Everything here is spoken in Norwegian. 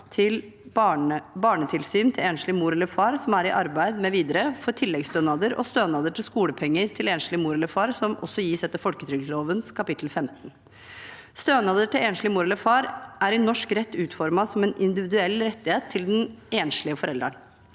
til barnetilsyn til enslig mor eller far som er i arbeid mv., for tilleggsstønader og stønader til skolepenger til enslig mor eller far, som også gis etter folketrygdloven kapittel 15. Stønader til enslig mor eller far er i norsk rett utformet som en individuell rettighet til den enslige forelderen.